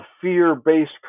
fear-based